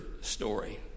story